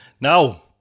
Now